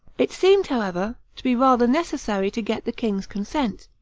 it seemed, however, to be rather necessary to get the king's consent.